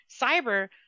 cyber